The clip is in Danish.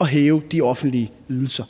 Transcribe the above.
at hæve de offentlige ydelser.